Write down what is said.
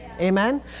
Amen